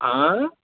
ఆ